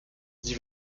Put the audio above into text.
sie